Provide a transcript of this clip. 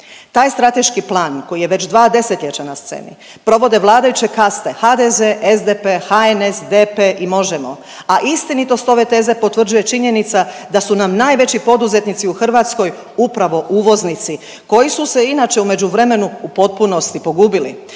Taj strateški plan koji je već 2 desetljeća na sceni provede vladajuće kaste HDZ, SDP, HNS, DP i Možemo!, a istinitost ove teze potvrđuje činjenica da su nam najveći poduzetnici u Hrvatskoj upravo uvoznici koji su se inače u međuvremenu u potpunosti pogubili.